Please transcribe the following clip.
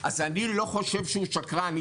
אז אני לא חושב שהוא שקרן.